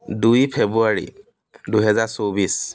দুই ফেব্ৰুৱাৰী দুহেজাৰ চৌব্বিছ